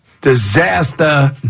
Disaster